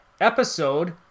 episode